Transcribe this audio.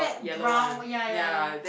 brown ya ya ya